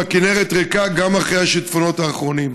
והכינרת ריקה גם אחרי השיטפונות האחרונים.